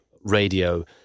radio